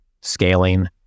scaling